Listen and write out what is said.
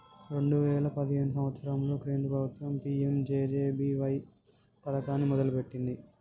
రెండే వేయిల పదిహేను సంవత్సరంలో కేంద్ర ప్రభుత్వం పీ.యం.జే.జే.బీ.వై పథకాన్ని మొదలుపెట్టింది